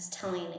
telling